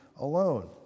alone